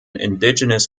indigenous